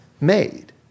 made